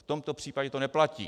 V tomto případě to neplatí.